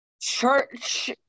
church